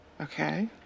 Okay